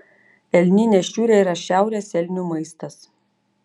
elninė šiurė yra šiaurės elnių maistas